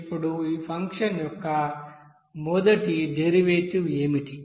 ఇప్పుడు ఈ ఫంక్షన్ యొక్క మొదటి డెరివేటివ్ ఏమిటి